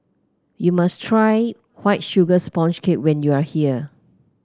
you must try White Sugar Sponge Cake when you are here